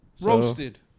Roasted